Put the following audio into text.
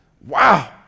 Wow